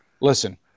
listen